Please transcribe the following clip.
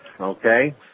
okay